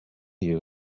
you